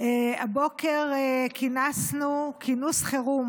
הבוקר כינסנו כינוס חירום